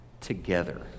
together